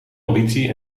ambitie